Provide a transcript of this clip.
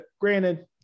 Granted